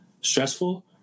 stressful